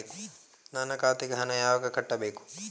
ನನ್ನ ಖಾತೆಗೆ ಹಣ ಯಾವಾಗ ಕಟ್ಟಬೇಕು?